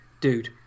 dude